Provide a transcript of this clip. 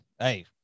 Hey